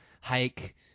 hike